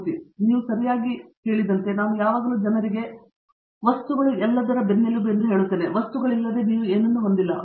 ಮೂರ್ತಿ ನೀವು ಸರಿಯಾಗಿ ಬದಿಯಲ್ಲಿರುವಂತೆ ನಾನು ಯಾವಾಗಲೂ ಜನರಿಗೆ ವಸ್ತುಗಳನ್ನು ಎಲ್ಲವನ್ನೂ ಬೆನ್ನೆಲುಬಾಗಿ ಹೇಳುತ್ತೇನೆ ವಸ್ತುಗಳಿಲ್ಲದೆ ನೀವು ಏನನ್ನೂ ಹೊಂದಿಲ್ಲ